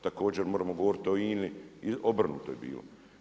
Također moramo govoriti o INI i obrnuto je bilo.